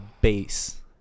base